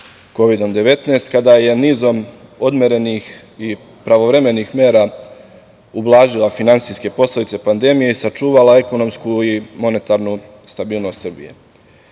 19, kada je nizom odmerenih i pravovremenih mera ublažila finansijske posledice pandemije i sačuvala ekonomsku i monetarnu stabilnost Srbije. Kada